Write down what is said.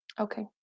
Okay